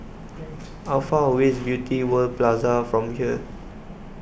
How Far away IS Beauty World Plaza from here